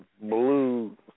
blue